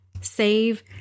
save